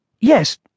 Yes